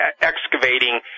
excavating